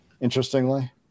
interestingly